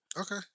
Okay